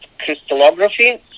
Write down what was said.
crystallography